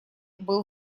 был